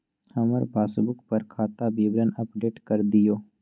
हमर पासबुक पर खाता विवरण अपडेट कर दियो